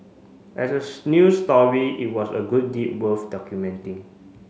as news story it was a good deed worth documenting